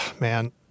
man